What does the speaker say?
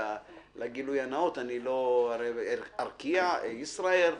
לגילוי הנאות, ארקיע, ישראייר,